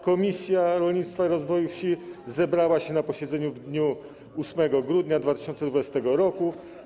Komisja Rolnictwa i Rozwoju Wsi zebrała się na posiedzeniu w dniu 8 grudnia 2020 r.